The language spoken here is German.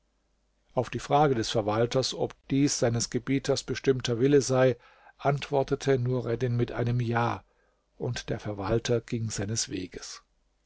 auf die frage des verwalters ob dies seines gebieters bestimmter wille sei antwortete nureddin mit einem ja und der verwalter ging seines weges